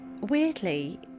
weirdly